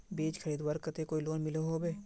बीज खरीदवार केते कोई लोन मिलोहो होबे?